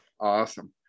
Awesome